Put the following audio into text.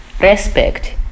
respect